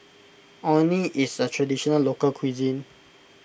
Orh Nee is a Traditional Local Cuisine